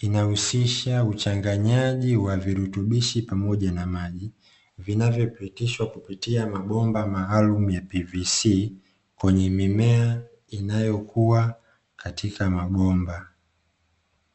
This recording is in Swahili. inahusisha uchanganyaji wa virutubishi pamoja na maji; vinavyopitishwa kupitia mabomba maalumu ya "pvc", kwenye mimea inayokua katika mabomba.